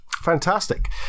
fantastic